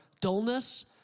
dullness